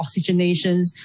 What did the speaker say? oxygenations